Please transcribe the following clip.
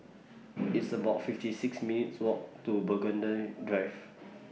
It's about fifty six minutes' Walk to Burgundy Drive